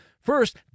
First